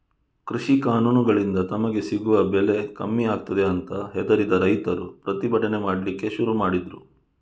ಕೃಷಿ ಕಾನೂನುಗಳಿಂದ ತಮಗೆ ಸಿಗುವ ಬೆಲೆ ಕಮ್ಮಿ ಆಗ್ತದೆ ಅಂತ ಹೆದರಿದ ರೈತರು ಪ್ರತಿಭಟನೆ ಮಾಡ್ಲಿಕ್ಕೆ ಶುರು ಮಾಡಿದ್ರು